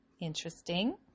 Interesting